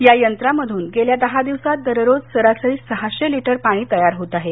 या यंत्रामधून गेल्या दहा दिवसात दररोज सरासरी सहाशे लिटर पाणी तयार होत आहे